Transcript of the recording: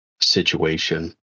situation